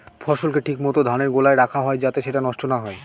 ফসলকে ঠিক মত ধানের গোলায় রাখা হয় যাতে সেটা নষ্ট না হয়